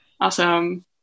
Awesome